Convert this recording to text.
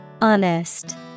Honest